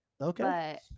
Okay